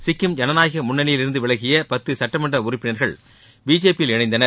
சிக்கிம் ஜனநாயக முன்னணியில் இருந்து விலகிய பத்து சுட்டமன்ற உறுப்பினர்கள் பிஜேபியில் இணைந்தனர்